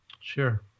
Sure